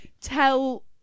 tell